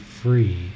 free